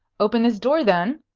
open this door then,